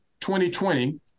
2020